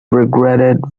regretted